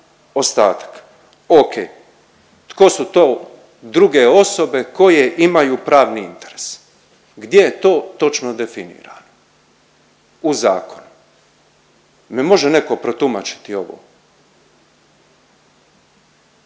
ostatak. Ok. Tko su to druge osobe koje imaju pravni interes? Gdje je to točno definirano u zakonu? Jel mi može netko protumačiti ovo.